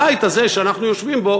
הבית הזה שאנחנו יושבים בו,